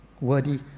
Worthy